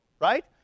right